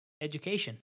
education